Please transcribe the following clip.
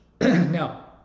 Now